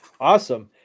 Awesome